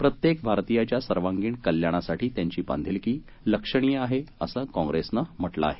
प्रत्येक भारतीयाच्या सर्वांगिण कल्याणासाठी त्यांची बांधिलकी लक्षणीय आहे असं काँग्रेसनं म्हटलं आहे